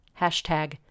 Hashtag